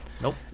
nope